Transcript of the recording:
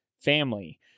family